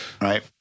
right